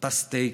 אתה סטייק,